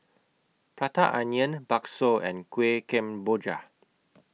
Prata Onion Bakso and Kueh Kemboja